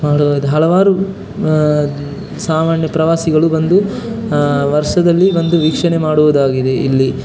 ಮಾಡ್ಬೋದು ಹಲವಾರು ಸಾಮಾನ್ಯ ಪ್ರವಾಸಿಗಳು ಬಂದು ವರ್ಷದಲ್ಲಿ ಬಂದು ವೀಕ್ಷಣೆ ಮಾಡುವುದಾಗಿದೆ ಇಲ್ಲಿ